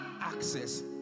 access